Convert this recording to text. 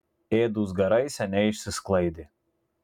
ėdūs garai seniai išsisklaidė